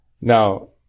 Now